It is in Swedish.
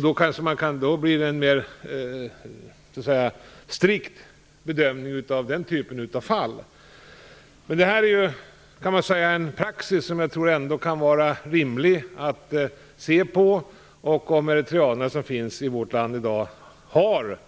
Det görs en mer strikt bedömning av den typen av fall. Det är en praxis som jag tror kan vara rimlig. Om de eritreaner som finns i vårt land i dag har